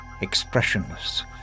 expressionless